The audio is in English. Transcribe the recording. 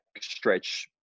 stretch